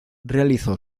realizó